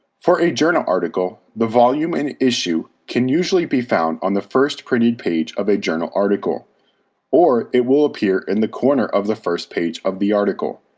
for a journal article, the volume and issue can usually be found on the first printed page of a journal article or it will appear in the corner of the first page of the article.